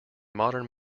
modern